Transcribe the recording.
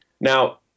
Now